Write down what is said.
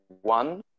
one